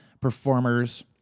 performers